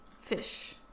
Fish